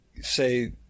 say